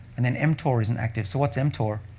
and then mtor is an active. so what's mtor?